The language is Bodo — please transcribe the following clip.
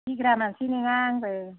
गिग्रा मानसि नङा आंबो